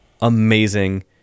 amazing